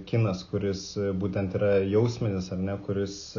kinas kuris būtent yra jausminis ar ne kuris